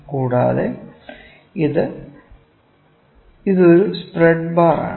കൂടാതെ ഇതൊരു spread bar ആണ്